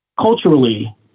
culturally